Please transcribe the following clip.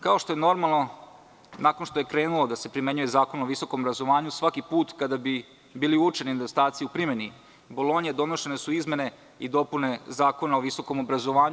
Kao što je normalno, nakon što je krenuo da se primenjuje Zakon o visokom obrazovanju, svaki put kada bi bili uočeni nedostaci u primeni Bolonje, donošene su izmene i dopune Zakona o visokom obrazovanju.